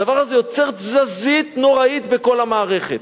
הדבר הזה יוצר תזזית נוראית בכל המערכת,